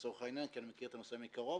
כי אני מכיר את הנושא מקרוב